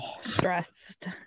stressed